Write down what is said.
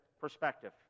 perspective